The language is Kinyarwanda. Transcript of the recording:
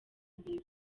imbere